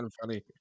funny